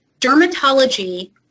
Dermatology